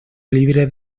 libre